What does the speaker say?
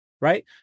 right